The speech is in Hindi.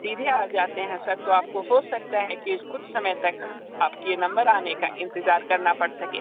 सीधे आ जाते हैं सर तो आपको हो सकता है कि कुछ समय तक आपके नंबर आने का इंतज़ार करना पड़ सके